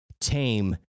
Tame